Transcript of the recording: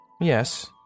yes